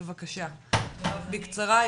בקצרה.